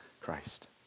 Christ